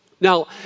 Now